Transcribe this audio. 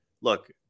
look